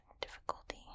difficulty